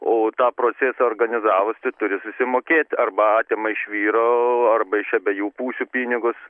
o tą procesą organizavusi turi susimokėti arba atima iš vyro arba iš abiejų pusių pinigus